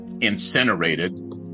incinerated